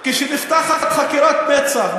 כשנפתחת חקירת מצ"ח,